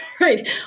Right